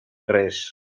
res